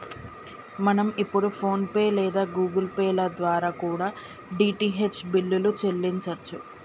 మనం ఇప్పుడు PhonePe లేదా గుగుల్ పే ల ద్వారా కూడా డీ.టీ.హెచ్ బిల్లుల్ని చెల్లించచ్చు